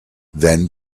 then